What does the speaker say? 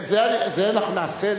זה אנחנו נעשה,